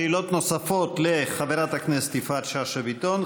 שאלות נוספות לחברת הכנסת יפעת שאשא ביטון,